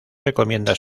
recomienda